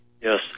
Yes